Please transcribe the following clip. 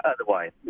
Otherwise